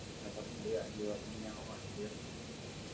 পইচা পাতি লৈ আহিব আপুনি আৰু আহিলেই হ'ল